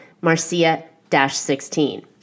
Marcia-16